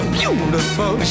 beautiful